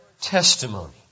testimony